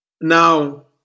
now